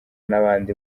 n’abandi